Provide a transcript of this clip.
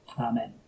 amen